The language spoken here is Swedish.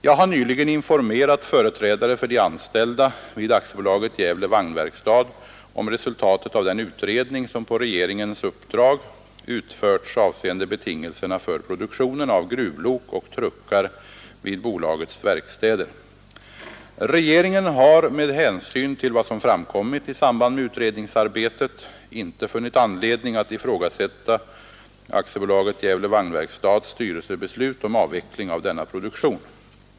Jag har nyligen informerat företrädare för de anställda vid AB Gävle vagnverkstad om resultatet av den utredning som på regeringens uppdrag utförts avseende betingelserna för produktionen av gruvlok och truckar vid bolagets verkstäder. Regeringen har med hänsyn till vad som framkommit i samband med utredningsarbetet inte funnit anledning att ifrågasätta AB Gävle vagnverkstads styrelsebeslut om avveckling av denna produktion.